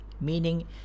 meaning